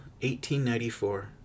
1894